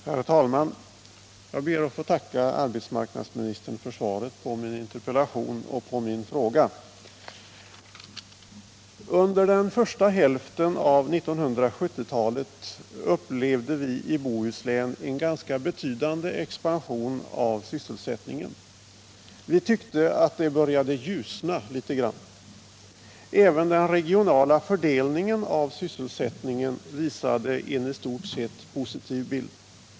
Herr talman! Jag vill tacka arbetsmarknadsministern för svaret på min interpellation och på min fråga. Under den första hälften av 1970-talet upplevde vi i Bohuslän en ganska betydande expansion av sysselsättningen. Vi tyckte att det började ljusna litet grand. Även den regionala fördelningen av sysselsättningen visade en i stort sett positiv bild.